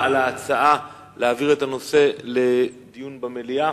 להעביר את הנושא לדיון במליאה.